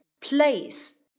Place